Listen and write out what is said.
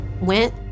went